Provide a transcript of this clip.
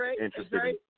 interested